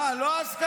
אה, לא הסכמה?